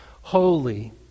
holy